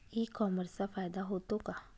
E कॉमर्सचा फायदा होतो का?